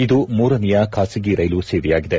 ಇದು ಮೂರನೇಯ ಖಾಸಗಿ ರೈಲು ಸೇವೆಯಾಗಿದೆ